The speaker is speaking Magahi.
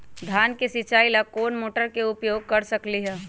धान के सिचाई ला कोंन मोटर के उपयोग कर सकली ह?